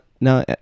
no